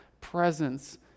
presence